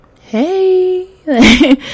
hey